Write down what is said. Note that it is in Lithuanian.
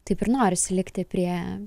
taip ir norisi likti prie